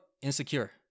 Insecure